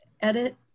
edit